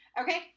Okay